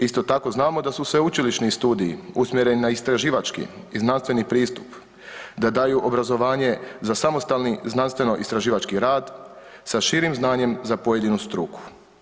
Isto tako znamo da su sveučilišni studiji usmjereni na istraživački i znanstveni pristup, da daju obrazovanje za samostalni znanstveno-istraživački rad sa širim znanjem za pojedinu struku.